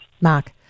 Mark